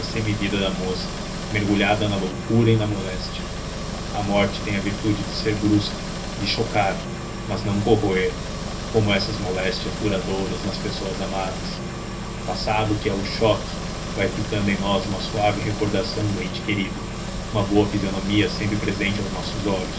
semivida da moça mergulhada na loucura e na moléstia a morte tem a virtude de ser brusca de chocar mas não corroer como essas moléstias duradouras nas pessoas amadas passado que é o choque vai ficando em nós uma suave recordação do ente querido uma boa fisionomia sempre presente aos nossos olhos